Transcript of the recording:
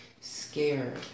scared